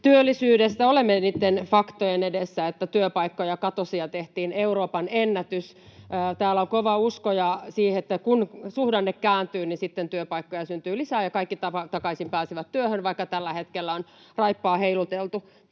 Työllisyydessä olemme niiden faktojen edessä, että työpaikkoja katosi ja tehtiin Euroopan ennätys. Täällä on kova usko siihen, että kun suhdanne kääntyy, niin sitten työpaikkoja syntyy lisää ja kaikki pääsevät takaisin työhön, vaikka tällä hetkellä on raippaa heiluteltu.